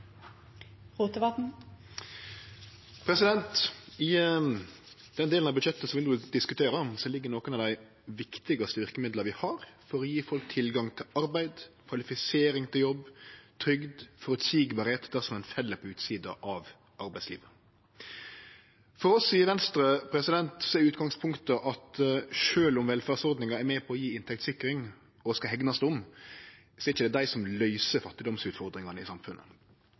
omme. I den delen av budsjettet som vi no diskuterer, ligg nokre av dei viktigaste verkemidla vi har for å gje folk tilgang til arbeid, kvalifisering til jobb, trygd og føreseielegheit dersom ein fell på utsida av arbeidslivet. For oss i Venstre er utgangspunktet at sjølv om velferdsordningar er med på å gje inntektssikring og skal hegnast om, er det ikkje dei som løyser fattigdomsutfordringane i samfunnet.